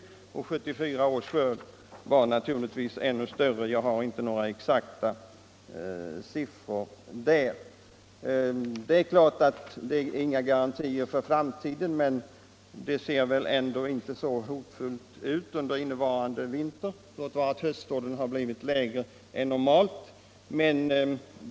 1974 års skörd var naturligtvis ännu större — jag har emellertid inte några exakta siffror om den. Det är klart att detta inte är några garantier för framtiden, men det = Nr 26 ser väl ändå inte särskilt hotfullt ut under innevarande vinter — låt vara Onsdagen den att höstsådden blivit mindre än normalt.